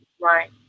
right